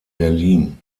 berlin